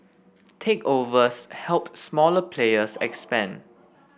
takeovers helped smaller players expand